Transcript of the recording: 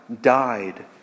died